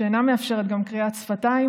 שאינה מאפשרת גם קריאת שפתיים,